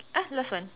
ah last one